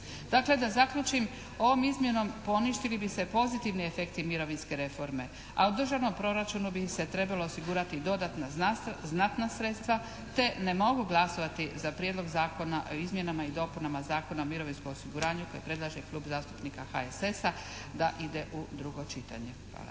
Dakle da zaključim. Ovom izmjenom poništili bi se pozitivni efekti mirovinske reforme, a u državnom proračunu bi se trebalo osigurati dodatna znatna sredstva te ne mogu glasovati za Prijedlog zakona o izmjenama i dopunama Zakona o mirovinskom osiguranju koji predlaže Klub zastupnika HSS-a da ide u drugo čitanje. Hvala.